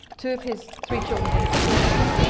two of his three children didn't recognise him.